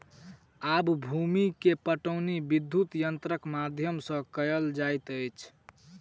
आब भूमि के पाटौनी विद्युत यंत्रक माध्यम सॅ कएल जाइत अछि